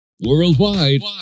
Worldwide